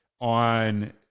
on